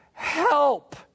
Help